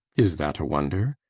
is that a wonder?